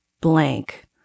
blank